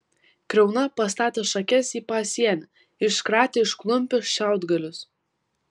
kriauna pastatė šakes į pasienį iškratė iš klumpių šiaudgalius